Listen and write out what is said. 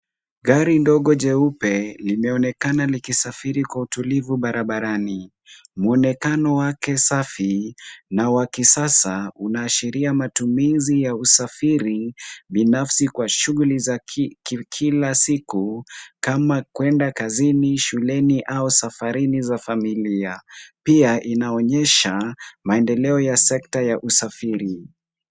Gari ndogo jeupe limeonekana likisafiri kwa utulivu barabarani. Muonekano wake safi na wa kisasa una ashiria matumizi ya usafiri binafsi kwa shughuli za kila siku kama kuenda kazini, shuleni au safarini za familia. Pia, inaonyesha maendeleo ya sekta ya usafiri.